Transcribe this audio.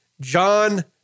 John